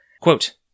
Quote